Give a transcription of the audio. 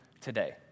today